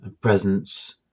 presence